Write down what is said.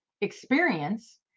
experience